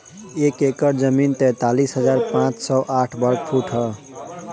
एक एकड़ जमीन तैंतालीस हजार पांच सौ साठ वर्ग फुट ह